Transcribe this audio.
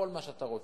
כל מה שאתה רוצה.